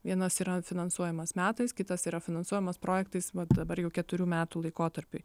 vienas yra finansuojamas metais kitas yra finansuojamas projektais vat dabar jau keturių metų laikotarpiui